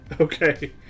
Okay